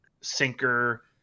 sinker